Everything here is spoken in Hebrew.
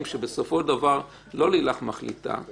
שבסופו של דבר לא לילך מחליטה,